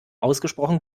ausgesprochen